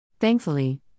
Thankfully